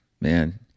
man